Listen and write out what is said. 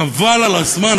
חבל על הזמן,